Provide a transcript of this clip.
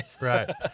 Right